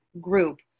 group